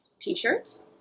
t-shirts